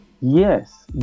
yes